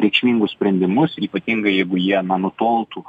reikšmingus sprendimus ypatingai jeigu jie na nutoltų